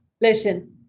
listen